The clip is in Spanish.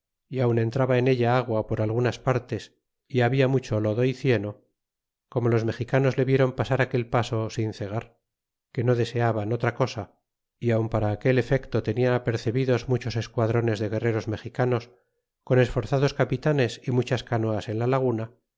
y aun entraba en ella agua por algunas partes y habla mucho lodo y cieno como los mexicanos le vieron pasar aquel paso sin cegar cine no deseaban otra cosa y aun para aquel efecto tardan apercebidos muchos esquadrones de guerreros mexicanos con esforzados capitanes y muchas canoas en la laguna